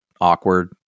awkward